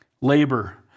labor